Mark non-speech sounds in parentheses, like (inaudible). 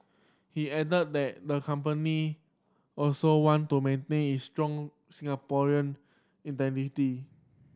he added that the company also want to maintain its strong Singaporean (unintelligible)